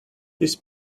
this